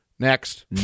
Next